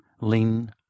Lean